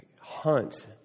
hunt